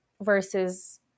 versus